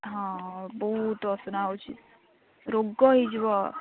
ହଁ ବହୁତ ଅସନା ହେଉଛି ରୋଗ ହେଇଯିବ